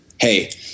hey